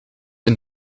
een